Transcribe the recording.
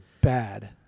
bad